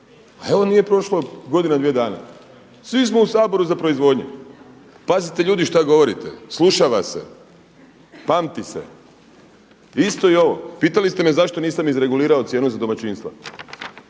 A evo nije prošla godina, dvije dana svi smo u Saboru za proizvodnju. Pazite ljudi šta govorite, sluša vas se, pamti se. Isto i ovo. Pitali ste me zašto nisam izregulirao cijenu za domaćinstva.